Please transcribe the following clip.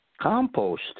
compost